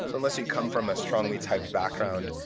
so unless you come from a strongly typed background,